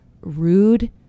rude